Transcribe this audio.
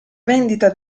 vendita